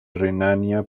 renania